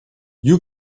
you